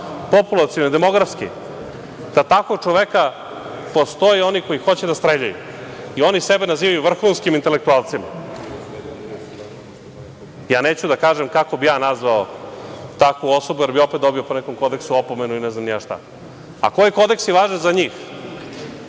populaciono demografski, da takvog čoveka postoje oni koji hoće da streljaju.I oni sebe nazivaju vrhunskim intelektualcima. Neću da kažem kako bih ja nazvao takvu osobu jer bih opet dobio po nekom kodeksu opomenu ili ne znam ni ja šta. A koji kodeksi važe za njih?